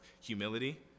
humility